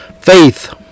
Faith